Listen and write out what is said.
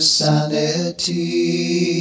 sanity